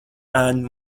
and